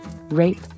rape